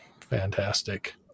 fantastic